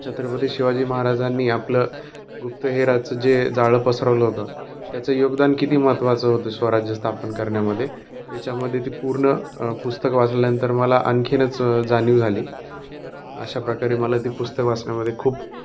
छत्रपती शिवाजी महाराजांनी आपलं गुप्तहेराचं जे जाळं पसरवलं होतं त्याचं योगदान किती महत्त्वाचं होतं स्वराज्य स्थापन करण्यामध्ये याच्यामध्ये ती पूर्ण पुस्तक वाचल्यानंतर मला आणखीनच जाणीव झाली अशा प्रकारे मला ती पुस्तक वाचण्यामध्ये खूप